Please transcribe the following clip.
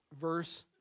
Verse